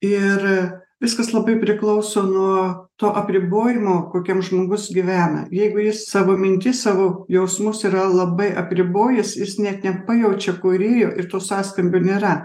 ir viskas labai priklauso nuo to apribojimo kokiam žmogus gyvena jeigu jis savo mintis savo jausmus yra labai apribojęs jis net nepajaučia kūrėjo ir to sąskambio nėra